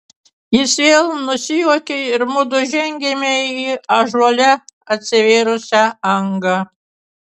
jis vėl nusijuokė ir mudu žengėme į ąžuole atsivėrusią angą